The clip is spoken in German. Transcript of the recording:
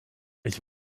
ich